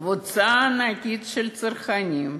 קבוצה ענקית של צרכנים.